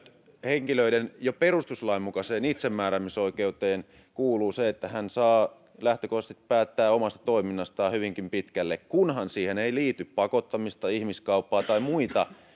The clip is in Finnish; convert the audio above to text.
henkilön jo perustuslain mukaiseen itsemääräämisoikeuteen kuuluu se että hän saa lähtökohtaisesti päättää omasta toiminnastaan hyvinkin pitkälle kunhan siihen ei liity pakottamista ihmiskauppaa tai muita